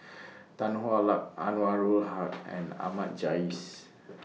Tan Hwa Luck Anwarul Haque and Ahmad Jais